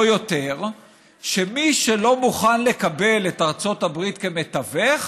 יותר שמי שלא מוכן לקבל את ארצות הברית כמתווך,